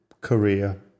career